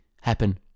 happen